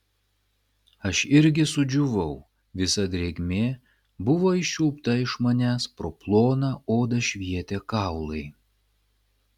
aš irgi sudžiūvau visa drėgmė buvo iščiulpta iš manęs pro ploną odą švietė kaulai